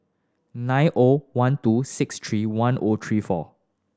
nine O one two six three one O three four